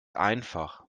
einfach